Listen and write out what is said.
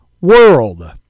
world